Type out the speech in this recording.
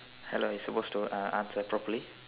hello you supposed to uh answer properly